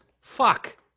Fuck